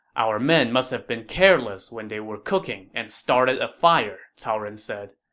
our men must have been careless when they were cooking and started a fire, cao ren said.